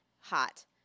hot